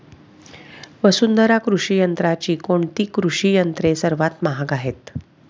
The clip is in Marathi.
वसुंधरा कृषी यंत्राची कोणती कृषी यंत्रे सर्वात महाग आहेत?